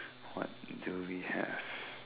what do we have